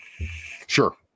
Sure